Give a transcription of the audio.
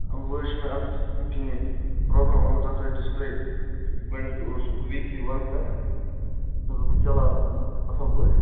وۅنۍ حظ چھُ مےٚ اَتھ کیٚنٛہہ پرٛابلِم آمٕژ اَتھ ٲس ڈِسپُلے گۄڈٕنٮ۪تھ اوس ویٖکلی ؤرٕک کَران یہِ حظ اوس نہٕ چَلان اَصٕل پٲٹھۍ